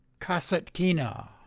Kasatkina